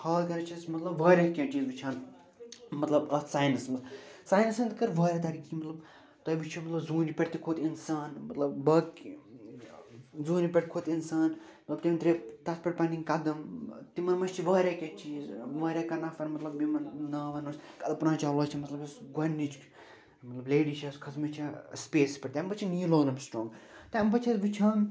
چھِ اَسہِ مطلب وارِیاہ کیٚنٛہہ چیٖز وٕچھان مطلب اَتھ ساینسَس منٛز ساینسن کٔر وارِیاہ ترقی مطلب تُہۍ وٕچھِو مطلب زوٗنہِ پٮ۪ٹھ تہِ کھوٚت اِنسان مطلب باقی زوٗنہِ پٮ۪ٹھ کھوٚت اِنسان تتھ پٮ۪ٹھ پنٕنۍ قدم تِمن منٛز چھِ وارِیاہ کیٚنٛہہ چیٖز وارِیاہ کانٛہہ نفر مطلب یِمن ناو ونو أسۍ کلپنا چاولا چھِ مطلب یۄس گۄڈنِچ مطلب لیٚڈی چھِ یۄس کھٔژمٕژ چھِ سِپیسَس پٮ۪ٹھ تَمہِ پتہٕ چھِ نیٖل آرمسٕٹرٛانٛگ تَمہِ پتہٕ چھِ أسۍ وٕچھان